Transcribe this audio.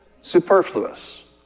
Superfluous